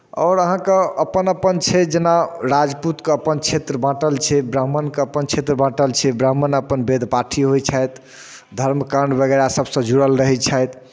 आओर अहाँके अपन अपन छै जेना राजपूतके अपन क्षेत्र बाँटल छै ब्राह्मणके अपन क्षेत्र बाँटल छै ब्राह्मण अपन वेद पाठी होइ छथि धर्मकाण्ड वगैरह सभसँ जुड़ल रहै छथि